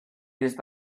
used